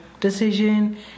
decision